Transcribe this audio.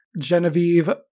Genevieve